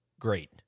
great